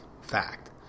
fact